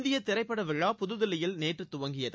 இந்திய திரைப்பட விழா புதுதில்லியில் நேற்று துவங்கியது